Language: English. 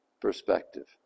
perspective